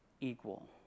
Equal